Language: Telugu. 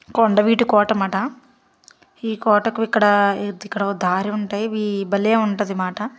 కొండవీటి కోటమట ఈ కోటకు ఇక్కడ ఇక్కడొక దారి ఉంటాయి ఈ భలే ఉంటుంది బాట